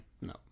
No